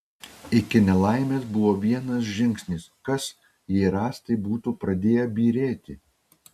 iki nelaimės buvo vienas žingsnis kas jei rąstai būtų pradėję byrėti